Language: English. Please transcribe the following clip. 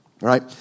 right